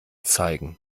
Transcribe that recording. zeigen